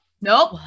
Nope